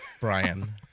Brian